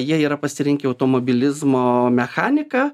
jie yra pasirinkę automobilizmo mechaniką